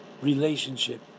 relationship